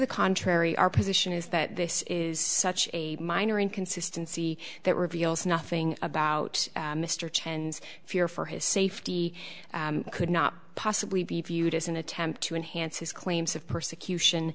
the contrary our position is that this is such a minor inconsistency that reveals nothing about mr chen's fear for his safety could not possibly be viewed as an attempt to enhance his claims of persecution